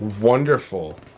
wonderful